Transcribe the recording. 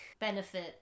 benefit